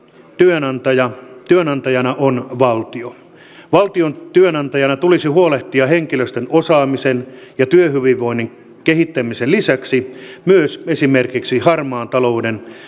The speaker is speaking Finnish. työnantajana työnantajana on valtio valtion työnantajana tulisi huolehtia henkilöstön osaamisen ja työhyvinvoinnin kehittämisen lisäksi myös esimerkiksi harmaan talouden